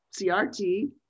CRT